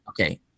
Okay